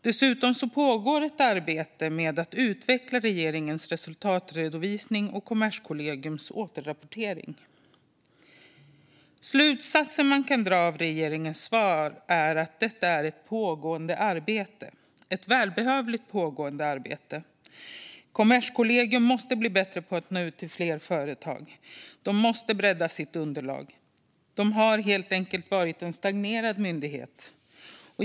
Dessutom pågår ett arbete med att utveckla regeringens resultatredovisning och Kommerskollegiums återrapportering. Den slutsats man kan dra av regeringens svar är att detta är ett pågående arbete - ett välbehövligt pågående arbete. Kommerskollegium måste bli bättre på att nå ut till fler företag. De måste bredda sitt underlag. De har helt enkelt varit en stagnerad myndighet.